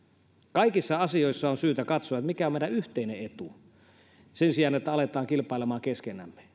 kaikissa asioissa on syytä katsoa mikä on meidän yhteinen etumme sen sijaan että aletaan kilpailemaan keskenämme